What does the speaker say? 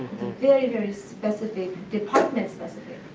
very, very specific department specific.